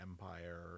Empire